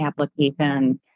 applications